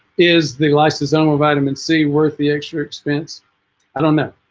is the lysosomal vitamin c worth the extra expense i don't know